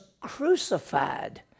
crucified